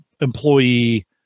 employee